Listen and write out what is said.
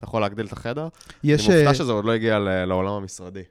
אתה יכול להגדיל את החדר? אני מופתע שזה עוד לא הגיע לעולם המשרדי.